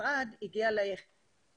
הכסף ומה אתם צריכים על מנת לטפל בסוגיה